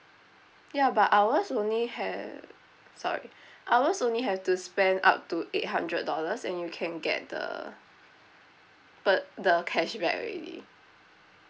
ya but our ones only have sorry our ones only have to spend up to eight hundred dollars and you can get the bir~ the cashback already